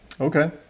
Okay